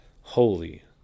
Holy